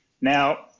Now